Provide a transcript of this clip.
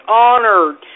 honored